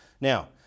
Now